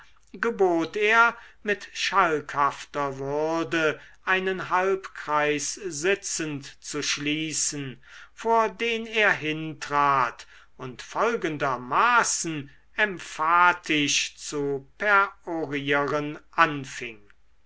gebot er mit schalkhafter würde einen halbkreis sitzend zu schließen vor den er hintrat und folgendermaßen emphatisch zu perorieren anfing